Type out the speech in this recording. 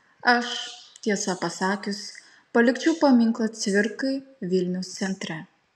aš tiesą pasakius palikčiau paminklą cvirkai vilniaus centre